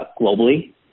globally